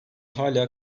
hala